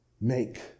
make